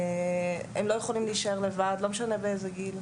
הם לא יכולים להישאר לבד, לא משנה באיזה גיל.